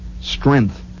strength